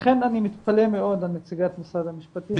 לכן אני מתפלא מאוד על נציגת משרד המשפטים.